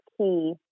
key